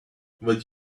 would